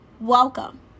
Welcome